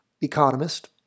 economist